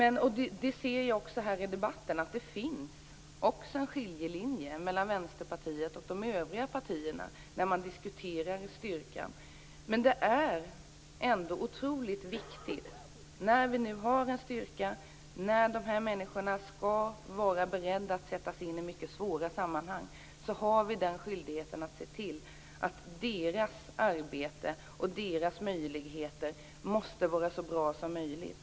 Jag ser också att det finns en skiljelinje mellan Vänsterpartiet och de övriga partierna i diskussionen om den här styrkan. Men vi har nu en styrka som skall vara beredd att sättas in i mycket svåra sammanhang, och vi har en skyldighet att se till att dess arbete och möjligheterna för dem som ingår i den blir så bra som möjligt.